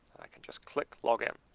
i can just click log in.